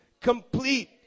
complete